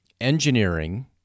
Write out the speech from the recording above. engineering